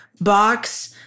box